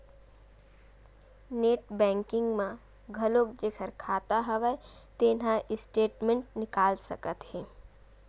net banking म घलोक जेखर खाता हव तेन ह स्टेटमेंट निकाल सकत हे